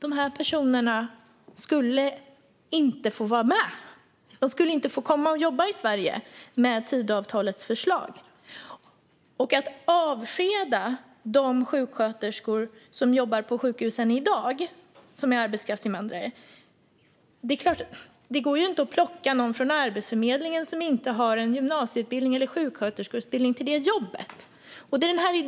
De personerna skulle inte få vara med och inte få komma och jobba i Sverige med Tidöavtalets förslag. Att avskeda de sjuksköterskor som jobbar på sjukhusen i dag och som är arbetskraftsinvandrare går inte. Man kan inte plocka någon från Arbetsförmedlingen som inte har gymnasieutbildning eller sjuksköterskeutbildning till det jobbet.